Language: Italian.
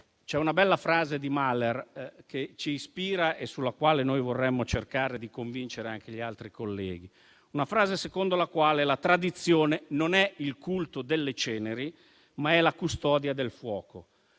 C'è una bella frase di Mahler, che ci ispira e sulla quale vorremmo cercare di convincere gli altri colleghi. Una frase secondo la quale la tradizione non è il culto delle ceneri, ma è la custodia del fuoco.